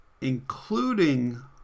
including